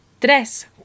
Tres